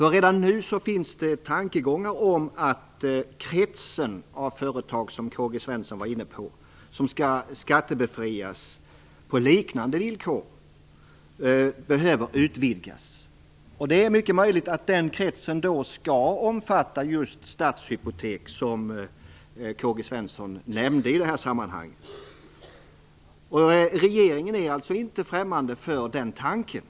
Redan nu finns det tankegångar om att, precis som K-G Svenson var inne på, den krets av företag som skall skattebefrias på liknande villkor behöver utvidgas. Det är mycket möjligt att kretsen skall omfatta just Stadshypotek som K-G Svenson nämnde. Regeringen är alltså naturligtvis inte främmande för den tanken.